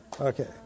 Okay